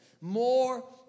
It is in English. More